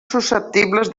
susceptibles